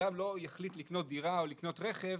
אדם לא יחליט לקנות דירה או לקנות רכב